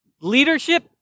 Leadership